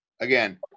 again